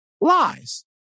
lies